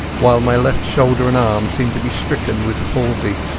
while my left shoulder and arm seemed to be stricken with the palsy.